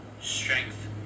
strength